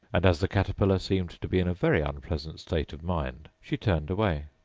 and as the caterpillar seemed to be in a very unpleasant state of mind, she turned away.